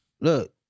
look